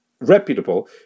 reputable